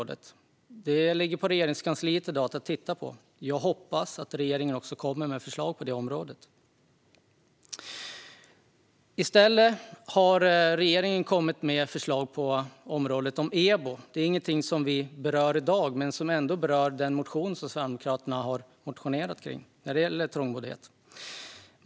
Den ligger i dag på Regeringskansliet där man ska titta på den. Jag hoppas att regeringen också kommer med förslag. Regeringen har i stället kommit med förslag om EBO. Det är ingenting som berörs i detta betänkande. Men det berörs ändå i den motion som Sverigedemokraterna har lämnat in när det gäller trångboddhet.